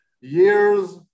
years